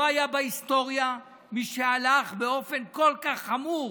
לא היה בהיסטוריה מי שהלך באופן כל כך חמור